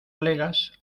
legas